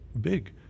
big